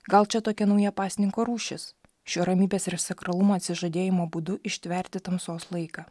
gal čia tokia nauja pasninko rūšis šiuo ramybės ir sakralumo atsižadėjimo būdu ištverti tamsos laiką